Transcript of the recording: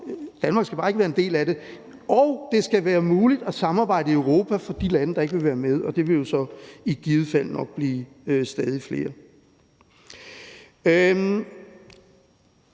Danmark skal bare ikke være en del af det, og det skal være muligt at samarbejde i Europa for de lande, der ikke vil være med, og det vil så i givet fald nok blive stadig flere.